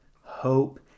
Hope